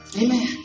Amen